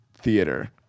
theater